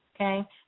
okay